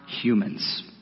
humans